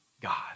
God